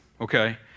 okay